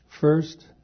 First